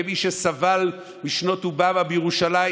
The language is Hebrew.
כמי שסבל בשנות אובמה בירושלים,